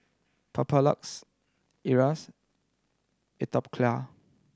Papulex Atopiclair